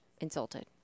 insulted